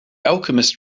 alchemist